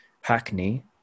Hackney